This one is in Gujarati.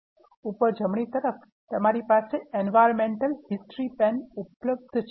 ઉપર જમણી તરફ તમારી પાસે Environmental History pane ઉપલબ્ધ છે